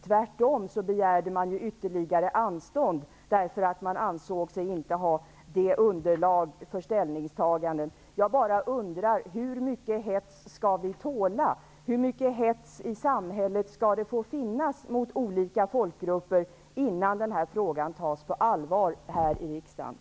Tvärtom begärde man ytterligare anstånd därför att man inte ansåg sig ha underlag för ställningstagande. Jag undrar bara: Hur mycket hets skall vi tåla? Hur mycket hets i samhället skall det få finnas mot olika folkgrupper, innan den här frågan tas på allvar här i riksdagen?